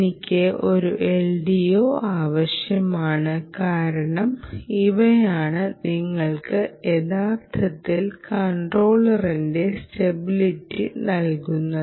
എനിക്ക് ഒരു LDO ആവശ്യമാണ് കാരണം ഇവയാണ് നിങ്ങൾക്ക് യഥാർത്ഥത്തിൽ കൺട്രോളറിന്റെ സ്റ്റബിലിറ്റി നൽകുന്നത്